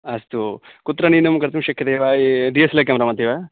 अस्तु कुत्र न्यूनं कर्तुं शक्यते वा ये डियेसेलर् क्याम्रा मध्ये वा